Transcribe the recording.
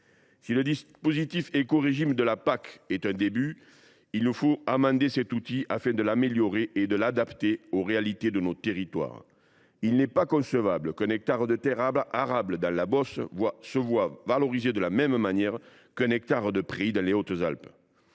Si le dispositif d’écorégime de la PAC est un début, il nous faut l’amender afin de l’améliorer et de l’adapter aux réalités de nos territoires. Il n’est pas concevable qu’un hectare de terre arable dans la Beauce soit valorisé de la même manière qu’un hectare de prairie dans les Hautes Alpes.